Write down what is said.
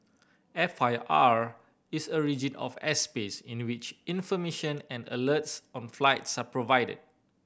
F I R is a region of airspace in which information and alerts on flights are provided